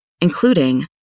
including